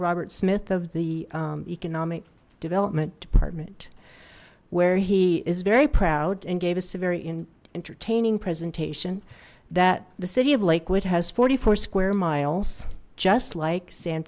robert smith of the economic development department where he is very proud and gave us a very entertaining presentation that the city of lakewood has forty four square miles just like san